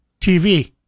TV